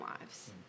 lives